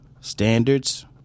standards